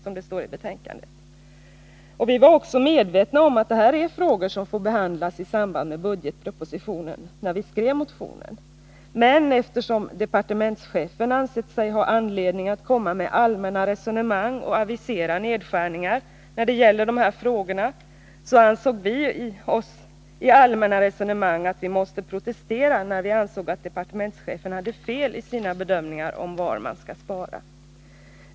Vi var när vi skrev motionen medvetna om att detta är frågor som får behandlas i samband med budgetpropositionen, men eftersom departementschefen ansett sig ha anledning att komma med allmänna resonemang och avisera nedskärningar när det gäller dessa frågor, så ansåg vi att vi i allmänna resonemang måste protestera när departementschefen enligt vår uppfattning hade fel i sina bedömningar av var man skall spara.